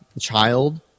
child